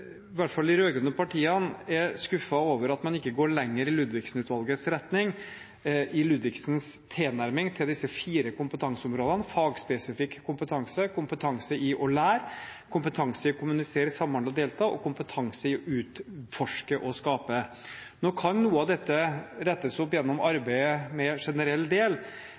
hvert fall de rød-grønne partiene er skuffet over at man ikke går lenger i Ludvigsen-utvalgets retning, i Ludvigsens tilnærming til disse fire kompetanseområdene: fagspesifikk kompetanse, kompetanse i å lære, kompetanse i å kommunisere, samhandle og delta og kompetanse i å utforske og skape. Nå kan noe av dette rettes opp gjennom arbeidet med generell del,